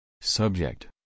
subject